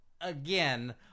again